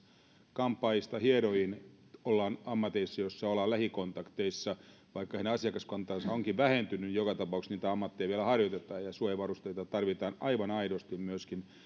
kampaajista hierojiin ollaan ammateissa joissa ollaan lähikontakteissa vaikka heidän asiakaskantansa onkin vähentynyt joka tapauksessa niitä ammatteja vielä harjoitetaan ja suojavarusteita tarvitaan aivan aidosti myöskin